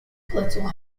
political